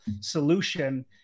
solution